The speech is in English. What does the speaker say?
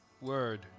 word